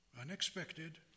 Unexpected